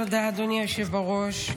תודה, אדוני היושב בראש.